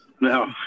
No